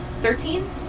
Thirteen